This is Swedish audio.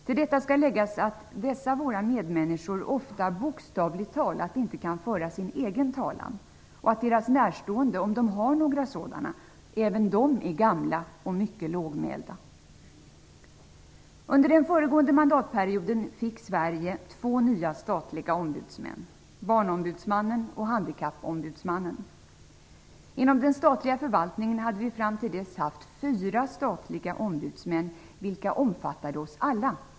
Till detta skall läggas att dessa våra medmänniskor ofta, bokstavligt talat, inte kan föra sin egen talan och att deras närstående - om de har några sådana - även de är gamla och mycket lågmälda. Inom den statliga förvaltningen hade vi fram till dess haft fyra statliga ombudsmän, vilka omfattade oss alla.